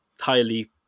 highly